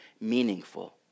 meaningful